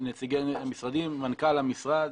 נציגי משרדים, מנכ"ל המשרד.